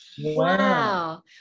Wow